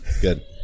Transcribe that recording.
Good